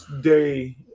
day